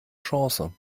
chance